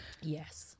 yes